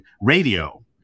radio